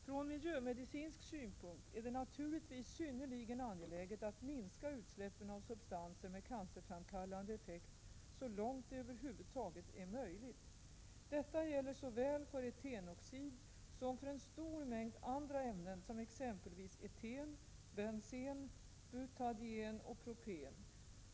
Från miljömedicinsk synpunkt är det naturligtvis synnerligen angeläget att minska utsläppen av substanser med cancerframkallande effekt så långt det över huvud taget är möjligt. Detta gäller såväl för etenoxid som för en stor mängd andra ämnen som exempelvis eten, bensen, butadien och propen.